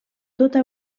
tota